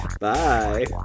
Bye